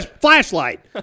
flashlight